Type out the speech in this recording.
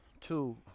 two